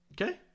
Okay